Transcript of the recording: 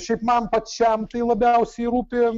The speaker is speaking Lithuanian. šiaip man pačiam tai labiausiai rūpi